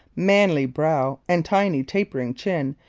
manly brow and tiny tapering chin,